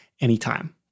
anytime